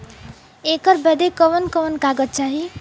ऐकर बदे कवन कवन कागज चाही?